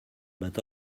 but